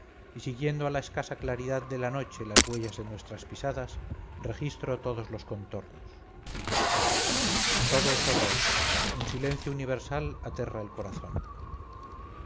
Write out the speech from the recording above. y siguiendo a la escasa claridad de la noche las huellas de nuestras pisadas registro todos los contornos todo es horror un silencio universal aterra el corazón